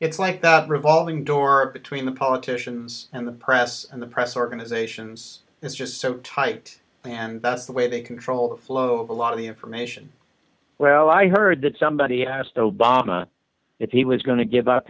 it's like the revolving door between the politicians and the press and the press organizations it's just so tight and that's the way they control the flow of a lot of the information well i heard that somebody asked obama if he was going to give up